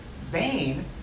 vain